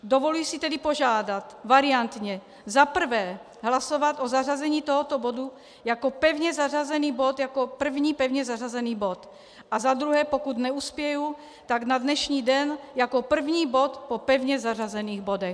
Dovoluji si tedy požádat variantně za prvé hlasovat o zařazení tohoto bodu jako první pevně zařazený bod a za druhé, pokud neuspěji, tak na dnešní den jako první bod po pevně zařazených bodech.